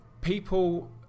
people